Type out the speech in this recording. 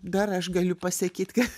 dar aš galiu pasakyt kad